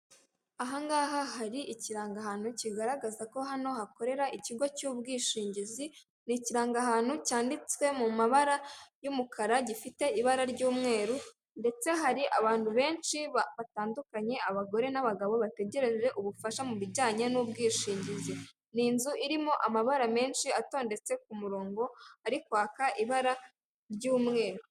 Aha ngaha hari ikirangahantu kigaragaza ko hano hakorera ikigo cy'ubwishingizi, ni ikirangahantu cyanditswe mu mabara y'umukara gifite ibara ry'umweru ndetse hari abantu benshi batandukanye, abagore n'abagabo bategereje ubufasha mu bijyanye n'ubwishingizi, ni inzu irimo amabara menshi atondetse ku murongo ari kwaka ibara ry'umweru.